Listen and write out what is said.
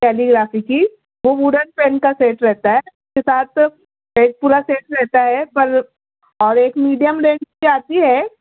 calligraphy کی وہ wooden pen کا سیٹ رہتا ہے اس کے ساتھ ایک پورا سیٹ رہتا ہے پر اور ایک میڈیم رینج کی آتی ہے